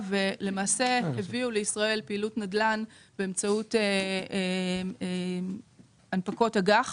הבריטיים והביאו לישראל פעילות נדל"ן באמצעות הנפקות אג"ח